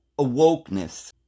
awokeness